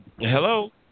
Hello